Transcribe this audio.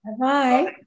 Bye-bye